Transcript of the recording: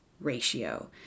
ratio